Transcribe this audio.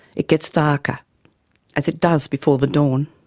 it gets darker as it does before the dawn.